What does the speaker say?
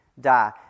die